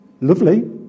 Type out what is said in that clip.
lovely